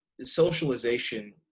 socialization